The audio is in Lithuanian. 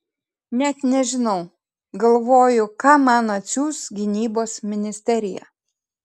net nežinau galvoju ką man atsiųs gynybos ministerija